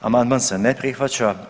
Amandman se ne prihvaća.